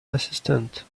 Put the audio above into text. assistant